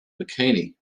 bikini